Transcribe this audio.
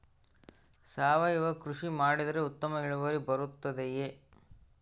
ಸಾವಯುವ ಕೃಷಿ ಮಾಡಿದರೆ ಉತ್ತಮ ಇಳುವರಿ ಬರುತ್ತದೆಯೇ?